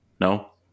no